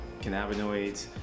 cannabinoids